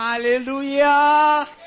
Hallelujah